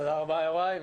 תודה רבה, יוראי.